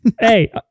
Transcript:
Hey